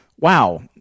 wow